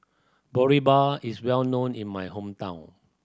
boribap is well known in my hometown